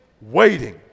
waiting